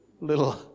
little